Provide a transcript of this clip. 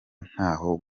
ntaho